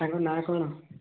ତାଙ୍କ ନାଁ କ'ଣ